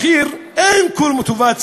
ב"תג מחיר" אין כל מוטיבציה